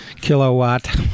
kilowatt